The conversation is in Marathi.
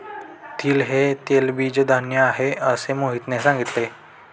तीळ हे तेलबीज धान्य आहे, असे मोहितने सांगितले